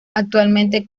actualmente